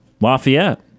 Lafayette